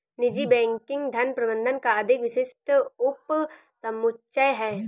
निजी बैंकिंग धन प्रबंधन का अधिक विशिष्ट उपसमुच्चय है